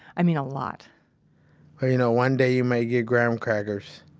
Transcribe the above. i mean a lot well, you know, one day you may get graham crackers,